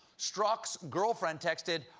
strzok's girlfriend texted,